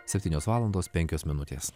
septynios valandos penkios minutės